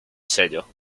sello